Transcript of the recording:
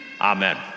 amen